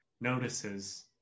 notices